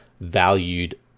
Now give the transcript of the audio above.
valued